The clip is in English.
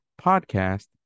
podcast